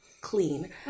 clean